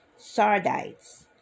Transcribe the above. Sardites